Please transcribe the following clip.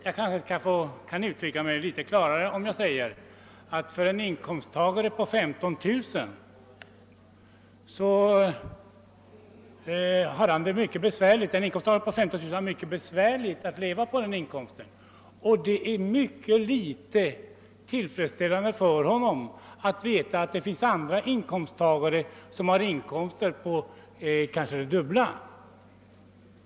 Jag kanske kan uttrycka mig litet klarare, om jag säger att en inkomsttagare på 15 000 kronor har mycket svårt att leva på den inkomsten. Han har mycket liten tillfredsställelse av att veta att det finns andra inkomsttagare som har inkomster på kanske det dubbla.